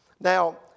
Now